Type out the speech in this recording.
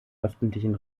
öffentlichen